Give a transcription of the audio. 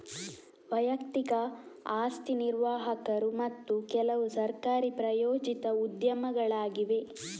ವೈಯಕ್ತಿಕ ಆಸ್ತಿ ನಿರ್ವಾಹಕರು ಮತ್ತು ಕೆಲವುಸರ್ಕಾರಿ ಪ್ರಾಯೋಜಿತ ಉದ್ಯಮಗಳಾಗಿವೆ